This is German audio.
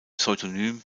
pseudonym